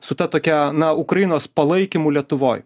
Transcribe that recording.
su ta tokia na ukrainos palaikymu lietuvoj